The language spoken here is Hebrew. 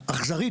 האכזרית,